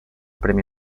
premi